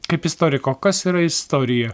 kaip istoriko kas yra istorija